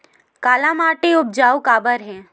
काला माटी उपजाऊ काबर हे?